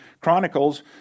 Chronicles